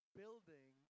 building